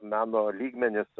meno lygmenis